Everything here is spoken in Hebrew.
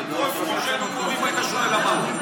הרי על כל סכום שהיינו קובעים היית שואל למה.